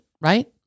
right